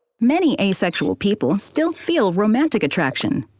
many asexual people still feel romantic attraction.